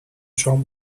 شام